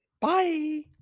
Bye